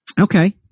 Okay